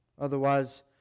Otherwise